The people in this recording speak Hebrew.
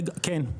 כן.